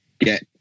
Get